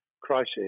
crisis